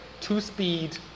two-speed